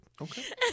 Okay